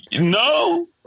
No